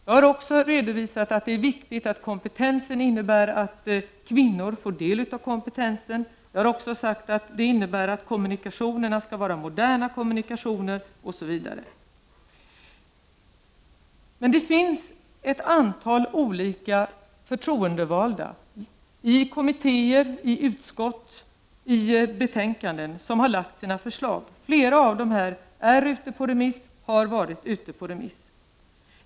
Jag har också redovisat att det är viktigt att kvinnor får del av kompetensen. Jag har vidare sagt att kommunikationerna skall vara moderna kommunikationer, osv. Men det finns ett antal förtroendevalda i kommittéer, i utskott m.m. som har lagt fram sina förslag. Flera av förslagen är ute på remiss och andra har varit det.